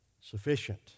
sufficient